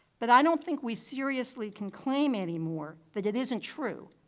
but i don't think we seriously can claim anymore that it isn't true,